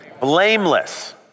Blameless